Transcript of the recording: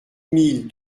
mille